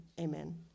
amen